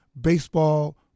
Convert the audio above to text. baseball